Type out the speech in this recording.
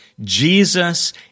Jesus